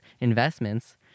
investments